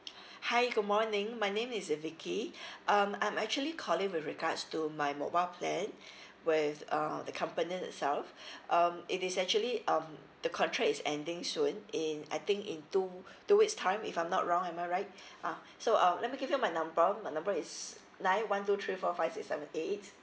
hi good morning my name is vicky um I'm actually calling with regards to my mobile plan with uh the company itself um it is actually um the contract is ending soon in I think in two two weeks' time if I'm not wrong am I right ah so uh let me give you my number my number is nine one two three four five six seven eight